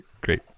Great